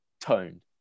toned